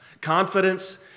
Confidence